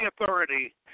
authority